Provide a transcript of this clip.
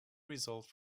result